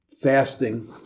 Fasting